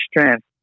strength